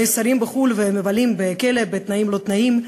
נאסרים בחו"ל ומבלים בכלא בתנאים-לא-תנאים,